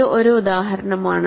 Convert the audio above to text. ഇത് ഒരു ഉദാഹരണമാണ്